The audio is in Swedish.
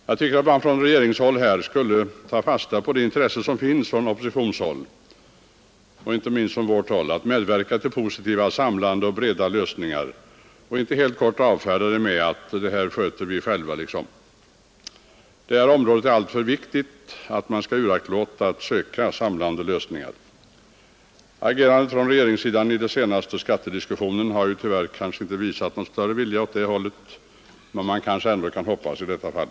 Jag tycker att man inom regeringspartiet borde ta fasta på det intresse som finns hos oss och andra partier att medverka till positiva, samlande och breda lösningar och inte helt kort avfärda det med att säga: ”Det här sköter vi själva.” Området är alltför viktigt för att man skulle uraktlåta att söka samlande lösningar. Agerandet från regeringssidan i den senaste skattediskussionen har tyvärr inte visat någon större vilja åt det hållet, men man kanske ändå skulle kunna hoppas i detta fall.